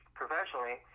professionally